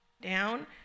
down